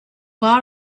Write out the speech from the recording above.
have